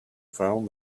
found